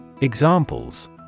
Examples